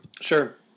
Sure